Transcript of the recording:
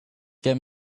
get